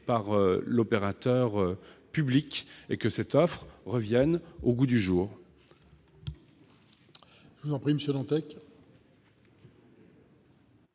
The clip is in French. par l'opérateur public, et que cette offre revienne au goût du jour.